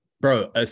Bro